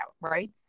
right